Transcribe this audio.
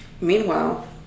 Meanwhile